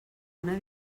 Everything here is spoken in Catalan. una